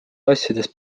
asjadest